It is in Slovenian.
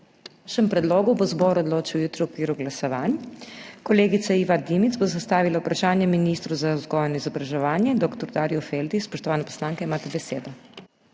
vašem predlogu bo zbor odločil jutri v okviru glasovanj. Kolegica Iva Dimic bo zastavila vprašanje ministru za vzgojo in izobraževanje dr. Darju Feldi. Spoštovana poslanka, imate besedo.